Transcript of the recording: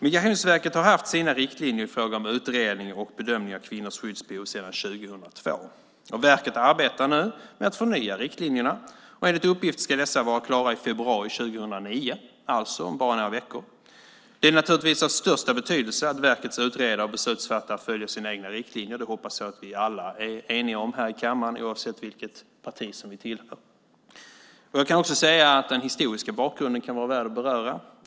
Migrationsverket har haft sina riktlinjer i fråga om utredning och bedömning av kvinnors skyddsbehov sedan 2002. Verket arbetar nu med att förnya riktlinjerna. Enligt uppgift ska dessa vara klara i februari 2009, alltså om bara några veckor. Det är naturligtvis av största betydelse att verkets utredare och beslutsfattare följer sina egna riktlinjer. Det hoppas jag att vi alla är eniga om här i kammaren oavsett vilket parti vi tillhör. Jag vill också säga att den historiska bakgrunden kan vara värd att beröra.